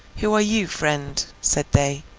who are you, friend said they.